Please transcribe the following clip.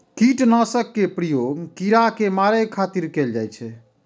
कीटनाशक के प्रयोग कीड़ा कें मारै खातिर कैल जाइ छै